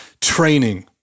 Training